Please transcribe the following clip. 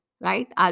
right